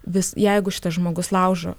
vis jeigu šitas žmogus laužo